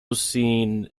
seen